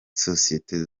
sosiyete